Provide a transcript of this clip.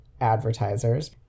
advertisers